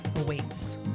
awaits